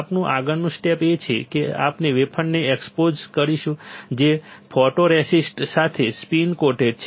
આપણુ આગળનું સ્ટેપ એ છે કે આપણે વેફરને એક્સપોઝ કરીશું જે ફોટોરેસિસ્ટ સાથે સ્પિન કોટેડ છે